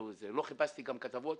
גם לא חיפשתי כתבות,